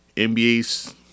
NBA's